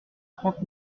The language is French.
trente